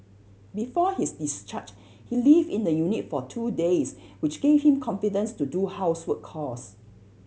before his discharge he lived in the unit for two days which gave him confidence to do household chores